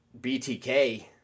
BTK